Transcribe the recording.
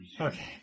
Okay